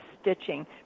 stitching